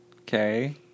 Okay